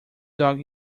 dog